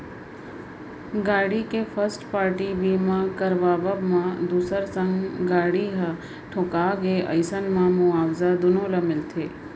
गाड़ी के first party बीमा करवाब म दूसर संग गाड़ी ह ठोंका गे अइसन म मुवाजा दुनो ल मिलथे